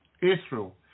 Israel